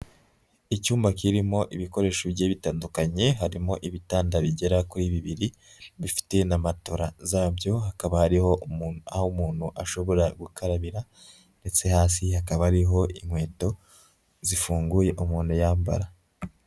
Icyumba kirimo ibikoresho bigiye bitandukanye. Harimo ibitanda bigera kuri bibiri bifite na matora zabyo. Hakaba hariho umuntu aho umuntu ashobora gukarabira, ndetse hasi hakaba hariho inkweto zifunguye umuntu yambara.